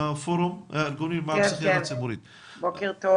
בוקר טוב.